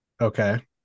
Okay